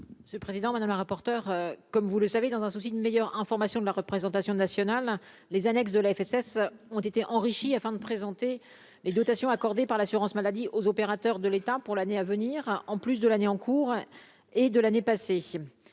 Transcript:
commission. Ce président madame la rapporteure, comme vous le savez, dans un souci d'une meilleure information de la représentation nationale les annexes de la FSS ont été enrichi afin de présenter les dotations accordées par l'assurance maladie aux opérateurs de l'État pour l'année à venir, en plus de l'année en cours et de l'année passée,